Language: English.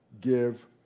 give